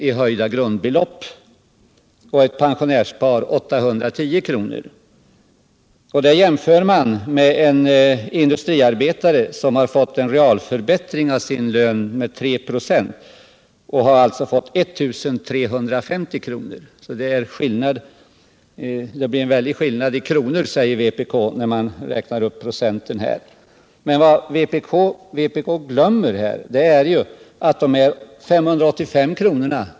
i höjda grundbelopp och ett pensionärspar 810 kr. Detta jämför man med en industriarbetare, som har fått en realförbättring av sin lön med 3 96, dvs. I 350 kr. Det blir ju stor skillnad i kronor, när man räknar upp procenten, säger vpk. Men vad vpk glömmer är att dessa 585 kr.